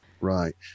Right